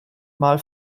mal